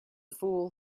fool